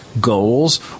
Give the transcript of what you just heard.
Goals